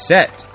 Set